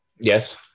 Yes